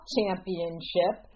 Championship